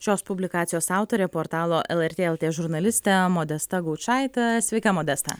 šios publikacijos autorė portalo lrt lt žurnaliste modesta gaučaitė sveika modesta